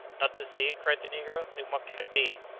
not the sea! cried the negro, then what can it be?